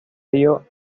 ello